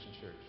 church